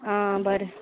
आ बरें